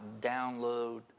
download